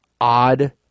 odd